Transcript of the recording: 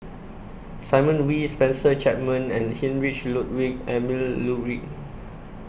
Simon Wee Spencer Chapman and Heinrich Ludwig Emil Luering